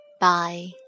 Bye